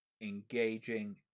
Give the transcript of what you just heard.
engaging